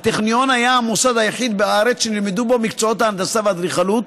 הטכניון היה המוסד היחיד בארץ שנלמדו בו מקצועות ההנדסה והאדריכלות,